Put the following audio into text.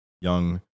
young